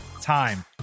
time